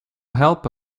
help